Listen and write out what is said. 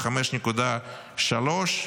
ב-5.3%.